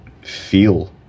feel